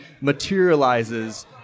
materializes